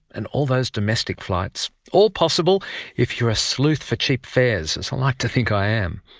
and all those domestic flights, all possible if you're a sleuth for cheap fares, as i like to think i am.